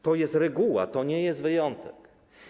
To jest reguła, to nie jest wyjątek.